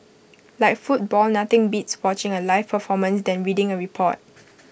like football nothing beats watching A live performance than reading A report